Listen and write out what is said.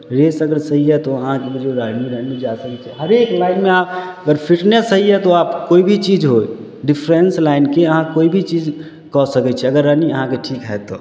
race अगर सही हइ तऽ अहाँ बुझियौ आर्मी लाइनमे जा सकै छियै हरेक लाइनमे अहाँ अगर फिटनेस सही हइ तो आप कोइ भी चीज होइ डिफेंस लाइन के अहाँ कोइ भी चीज कऽ सकय छियै अगर रनिंग अहाँके ठीक हय तो